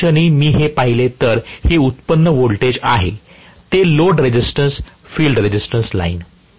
या क्षणी मी हे पाहिले तर ही व्युत्पन्न व्होल्टेज आहे ते load resistance field resistance line